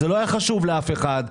זה לא היה חשוב לאף אחד,